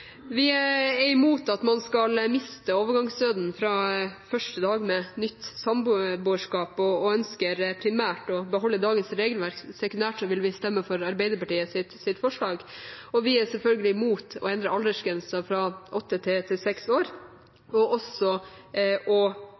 Vi er imot at man skal miste overgangsstønaden fra første dag med nytt samboerskap og ønsker primært å beholde dagens regelverk. Sekundært vil vi stemme for Arbeiderpartiets forslag. Og vi er selvfølgelig imot å endre aldersgrensen fra åtte år til seks år og